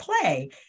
play